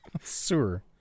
Sewer